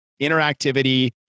Interactivity